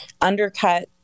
undercut